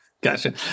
Gotcha